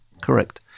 Correct